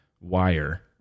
wire